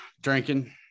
drinking